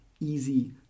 easy